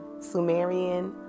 Sumerian